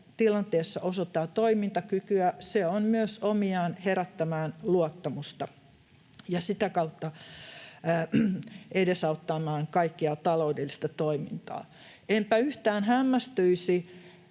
kriisi, osoittaa toimintakykyä, on myös omiaan herättämään luottamusta ja sitä kautta edesauttamaan kaikkea taloudellista toimintaa. Enpä yhtään hämmästyisi,